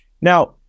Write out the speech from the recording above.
Now